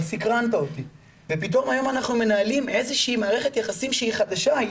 אבל סיקרנת אותי' ופתאום היום אנחנו מנהלים איזו שהיא מערכת יחסים חדשה,